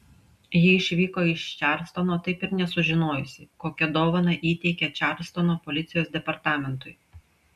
ji išvyko iš čarlstono taip ir nesužinojusi kokią dovaną įteikė čarlstono policijos departamentui